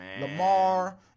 Lamar